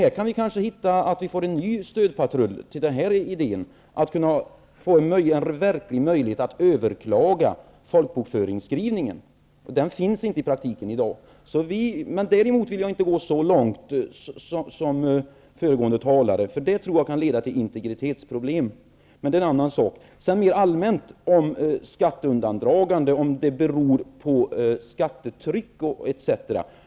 Vi kanske kan få en ny stödpatrull för den här idén och få en verklig möjlighet att överklaga folkbokföringsskrivningen. Den finns inte i praktiken i dag. Däremot vill jag inte gå så långt som föregående talare, eftersom jag tror att det kan leda till integritetsproblem, men det är en annan sak. Sedan till den mera allmänna frågan om skatteundandragande och om det beror på skattetrycket etc.